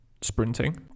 sprinting